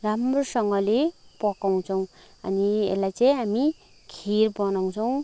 राम्रोसँगले पकाउँछौँ अनि यसलाई चाहिँ हामि खिर बनाउँछौँ